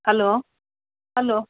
hello hello